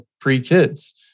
pre-kids